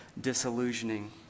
disillusioning